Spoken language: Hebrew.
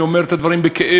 אני אומר את הדברים בכאב,